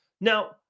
now